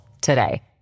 today